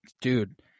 dude